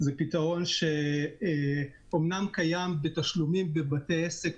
זה פתרון שאמנם קיים בתשלומים בבתי עסק,